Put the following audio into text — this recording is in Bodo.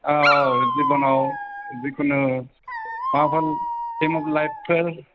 औ जिबनआव जिखुनु माबाफोर हेमग्लाइफफोर